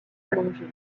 allongée